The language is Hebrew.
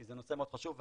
כי זה נושא מאוד חשוב,